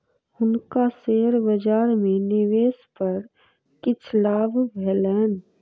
हुनका शेयर बजार में निवेश पर किछ लाभ भेलैन